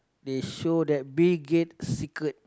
they show that be great secret